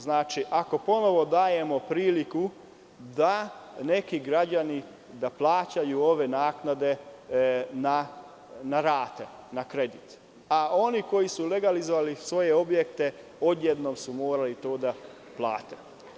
Znači, ako ponovo dajemo priliku da neki građani plaćaju ove naknade na rate, na kredit, a oni koji su legalizovali svoje objekte odjednom su to morali da plate.